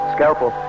Scalpel